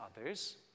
others